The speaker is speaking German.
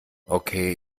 okay